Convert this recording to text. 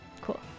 Cool